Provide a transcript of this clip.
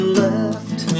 left